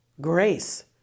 Grace